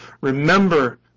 remember